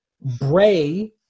bray